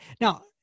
Now